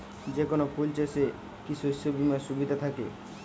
যেকোন ফুল চাষে কি শস্য বিমার সুবিধা থাকে?